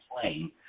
playing